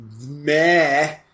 meh